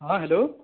हँ हेलो